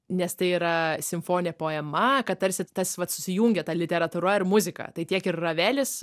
nes tai yra simfoninė poema kad tarsi tas vat susijungia ta literatūra ir muzika tai tiek ir ravelis